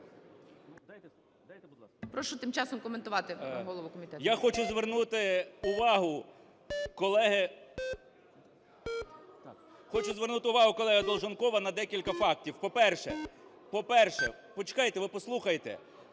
Хочу звернути увагу колеги Долженкова на декілька фактів. По-перше. По-перше, почекайте, ви послухайте.